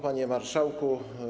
Panie Marszałku!